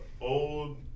old